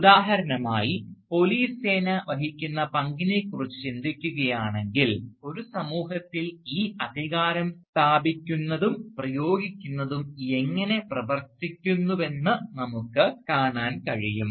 ഉദാഹരണമായി പോലീസ് സേന വഹിക്കുന്ന പങ്കിനെക്കുറിച്ച് ചിന്തിക്കുകയാണെങ്കിൽ ഒരു സമൂഹത്തിൽ ഈ അധികാരം സ്ഥാപിക്കുന്നതും പ്രയോഗിക്കുന്നതും എങ്ങനെ പ്രവർത്തിക്കുന്നുവെന്ന് നമുക്ക് കാണാൻ കഴിയും